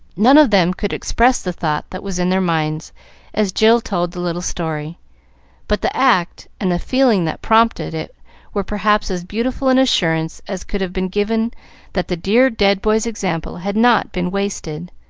none of them could express the thought that was in their minds as jill told the little story but the act and the feeling that prompted it were perhaps as beautiful an assurance as could have been given that the dear dead boy's example had not been wasted,